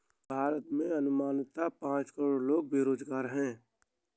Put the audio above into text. भारत में अनुमानतः पांच करोड़ लोग बेरोज़गार है